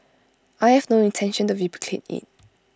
I have no intention to replicate IT